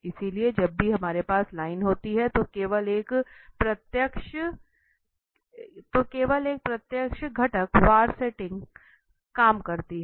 इसलिए जब भी हमारे पास लाइन होती है तो केवल एक प्रत्यक्ष घटक वार सेटिंग काम करती है